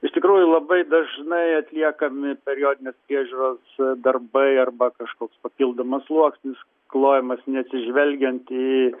iš tikrųjų labai dažnai atliekami periodinės priežiūros darbai arba kažkoks papildomas sluoksnis klojamas neatsižvelgiant į